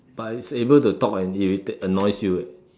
but it's able to talk and irritate annoys you leh